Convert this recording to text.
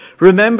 Remember